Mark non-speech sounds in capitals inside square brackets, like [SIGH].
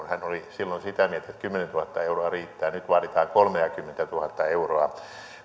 [UNINTELLIGIBLE] hän oli silloin sitä mieltä että kymmenentuhatta euroa riittää nyt vaaditaan kolmeakymmentätuhatta euroa